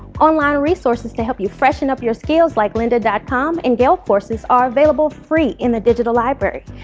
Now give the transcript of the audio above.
online resources to help you freshen up your skills like lynda dot com and gale courses are available free in the digital library.